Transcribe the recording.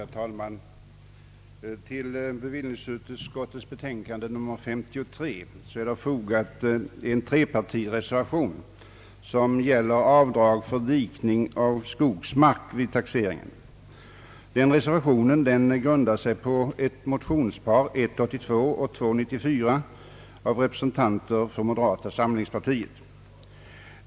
Herr talman! Till bevillningsutskottets betänkande nr 53 har fogats en trepartireservation, som gäller avdrag vid taxeringen för dikning av skogsmark. Denna reservation grundar sig på motionsparet I: 82 och II: 94 av representanter för moderata samlingspartiet.